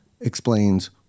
explains